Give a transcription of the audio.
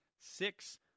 six